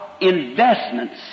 investments